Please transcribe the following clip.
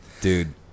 dude